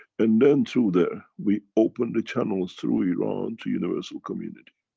and then, through there, we open the channels through iran, to universal community.